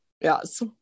Yes